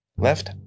left